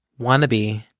Wannabe